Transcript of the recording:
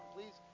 Please